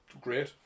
great